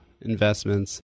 investments